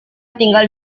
tinggal